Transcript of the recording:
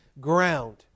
ground